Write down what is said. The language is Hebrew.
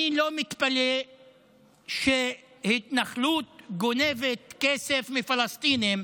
אני לא מתפלא שהתנחלות גונבת כסף מפלסטינים,